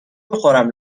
بخورم